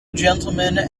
gentlemen